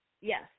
yes